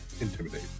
Intimidate